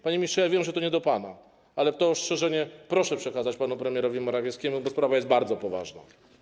Panie ministrze, ja wiem, że to nie do pana, ale to ostrzeżenie proszę przekazać panu premierowi Morawieckiemu, bo sprawa jest bardzo poważna.